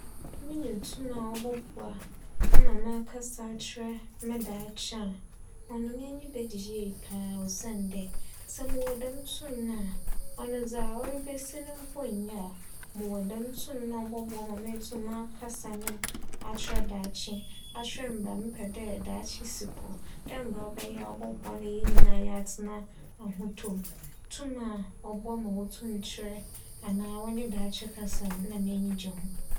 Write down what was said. Minya tum a ͻbͻboa mma m'akasa akyerɛ me daakye a, ͻno m'enyi bɛgye yie paa osiandɛ sɛ mowͻ dɛm tum no a, ͻno dza orebesi no mpo nnyɛ a, mowͻ dɛm tum no a ͻbͻboa me ma meetum m'akasa akyerɛ daakye akyerɛ mbrɛ mepɛ dɛ daakye si kͻ dɛ mbrɛ ͻbɛyɛ a ͻbͻboa ma hɛn nyinara atsena ahotͻ mu. Tum a ͻboa ma wotum nye daakye kasa na meenyi gye ho.